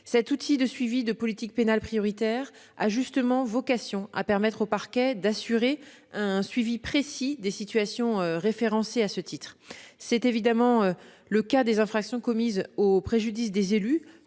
Cet outil de suivi des politiques pénales prioritaires a justement vocation à permettre aux parquets d'assurer un suivi précis des situations référencées à ce titre. C'est évidemment le cas des infractions commises au préjudice des élus,